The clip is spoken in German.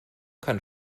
kann